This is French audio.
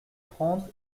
prendre